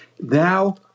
Now